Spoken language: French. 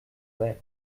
vers